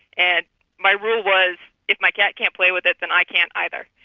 and my rule was if my cat can't play with it, then i can't either.